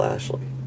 Ashley